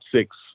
six